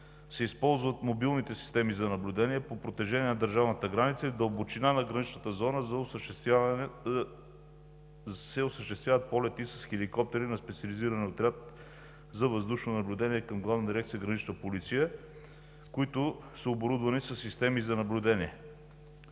се използват мобилните системи за наблюдение по протежение на държавната граница и в дълбочина на граничната зона се осъществяват полети с хеликоптери на специализирания отряд за въздушно наблюдение към Главна дирекция „Гранична полиция“, които са оборудвани със системи за наблюдение.